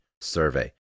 survey